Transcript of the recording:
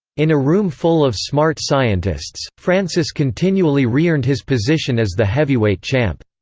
in a room full of smart scientists, francis continually reearned his position as the heavyweight champ.